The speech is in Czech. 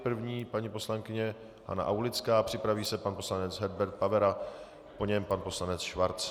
První paní poslankyně Hana Aulická, připraví se pan poslanec Herbert Pavera, po něm pan poslanec Schwarz.